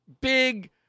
big